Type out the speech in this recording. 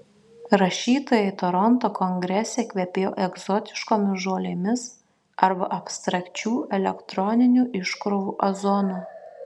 rašytojai toronto kongrese kvepėjo egzotiškomis žolėmis arba abstrakčių elektroninių iškrovų ozonu